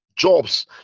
jobs